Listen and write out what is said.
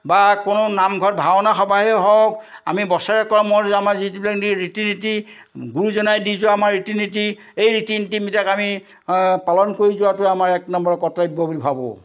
বা কোনো নামঘৰত ভাওনা সভাহেই হওক আমি বছৰে কম আমাৰ যি ৰীতি নীতি গুৰুজনাই দি যোৱা আমাৰ ৰীতি নীতি এই ৰীতি নীতিবিলাক আমি পালন কৰি যোৱাটো আমাৰ এক নম্বৰ কৰ্তব্য বুলি ভাবোঁ